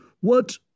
what—